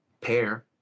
pair